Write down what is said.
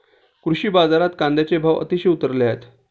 कृषी बाजारात कांद्याचे भाव अतिशय उतरले आहेत